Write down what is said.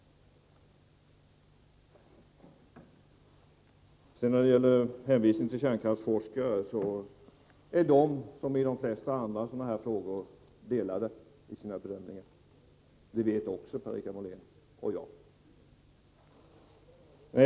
Beträffande hänvisningen till kärnkraftsforskare vill jag säga att de som i de flesta andra frågor av detta slag gör olika bedömningar. Det vet både Per-Richard Molén och jag.